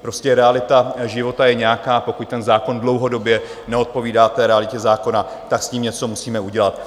Prostě realita života je nějaká pokud zákon dlouhodobě neodpovídá realitě, tak s tím něco musíme udělat.